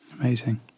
Amazing